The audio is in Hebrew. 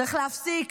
צריך להפסיק